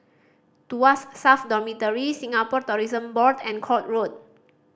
Tuas South Dormitory Singapore Tourism Board and Court Road